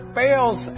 fails